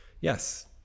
Yes